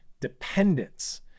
dependence